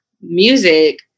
music